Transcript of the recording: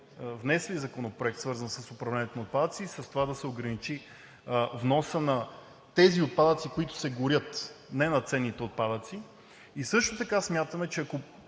сме внесли законопроект, свързан с управлението на отпадъци и с това да се ограничи вносът на тези отпадъци, които се горят – не на ценните отпадъци. И също така смятаме, че ако,